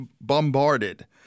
bombarded